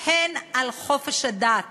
הן על חופש הדת